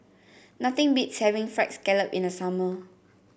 nothing beats having fried scallop in the summer